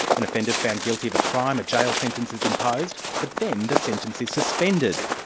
an offender is found guilty of a crime, a jail sentence is imposed. but then the sentence is suspended.